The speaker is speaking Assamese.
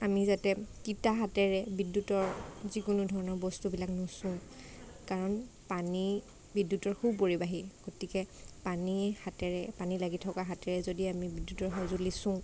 আমি যাতে তিতা হাতেৰে বিদ্যুতৰ যিকোনো ধৰণৰ বস্তুবিলাক নুচুওঁ কাৰন পানী বিদ্যুতৰ সুপৰিবাহী গতিকে পানী হাতেৰে পানী লাগি থকা হাতেৰে যদি আমি বিদ্যুতৰ সঁজুলি চুওঁ